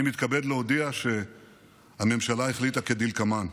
אני מתכבד להודיע שהממשלה החליטה כדלקמן: